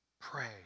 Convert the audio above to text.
pray